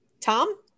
Tom